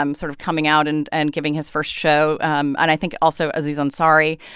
um sort of coming out and and giving his first show um and i think also aziz ansari.